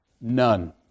None